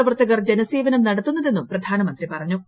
പ്രവർത്തകർ ജനസേവനം നടത്തുന്നതെന്നും പ്രധാനമന്ത്രി പറഞ്ഞു